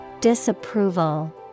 Disapproval